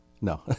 No